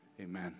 amen